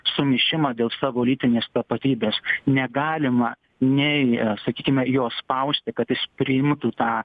sumišimą dėl savo lytinės tapatybės negalima nei sakykime jo spausti kad jis priimtų tą